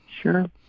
Sure